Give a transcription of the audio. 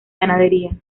ganadería